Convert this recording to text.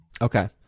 Okay